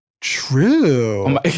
True